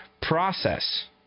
process